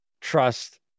trust